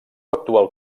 actual